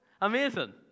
Amazing